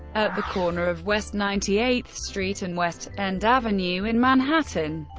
at the corner of west ninety eighth street and west end avenue in manhattan.